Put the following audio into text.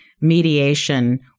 mediation